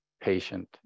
patient